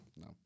No